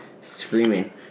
screaming